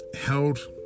held